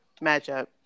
matchup